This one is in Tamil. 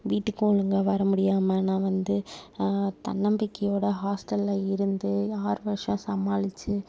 வீட்டுக்கு ஒழுங்காக வர முடியாமல் நான் வந்து தன்னம்பிக்கையோட ஹாஸ்டல்ல இருந்து ஆறு வருஷம் சமாளித்து